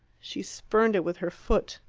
she spurned it with her foot.